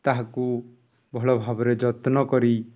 ତାହାକୁ ଭଲ ଭାବରେ ଯତ୍ନ କରି